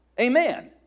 Amen